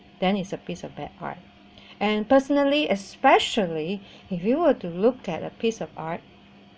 then it's a piece of bad art and personally especially if you were to look at a piece of art